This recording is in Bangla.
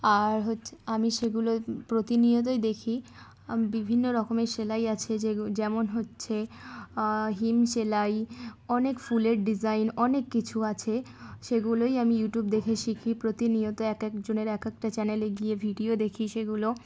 আর হচ্ছে আমি সেগুলো প্রতিনিয়তই দেখি বিভিন্ন রকমের সেলাই আছে যেগ যেমন হচ্ছে হিম সেলাই অনেক ফুলের ডিজাইন অনেক কিছু আছে সেগুলোই আমি ইউটিউব দেখে শিখি প্রতিনিয়ত এক একজনের এক একটা চ্যানেলে গিয়ে ভিডিও দেখি সেগুলো